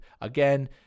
Again